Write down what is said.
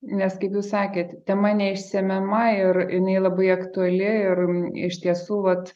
nes kaip jūs sakėt tema neišsemiama ir jinai labai aktuali ir iš tiesų vat